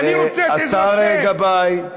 השר גבאי.